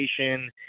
education